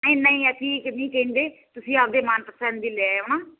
ਨਹੀਂ ਨਹੀਂ ਅਸੀਂ ਇੰਜ ਨਹੀਂ ਕਹਿੰਦੇ ਤੁਸੀਂ ਆਪਦੇ ਮਨ ਪਸੰਦ ਵੀ ਲੈ ਆਉਣਾ